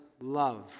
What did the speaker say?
love